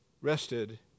rested